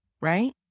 right